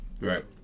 Right